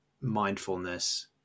mindfulness